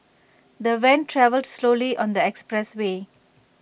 the van travelled slowly on the expressway